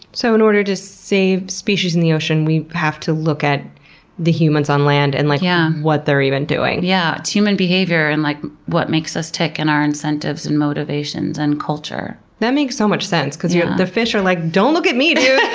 so in order to save species in the ocean, we have to look at the humans on land and like yeah what they're even doing. yeah, it's human behavior and like what makes us tick and our incentives and motivations and culture. that makes so much sense, because yeah the fish are like, don't look at me dude!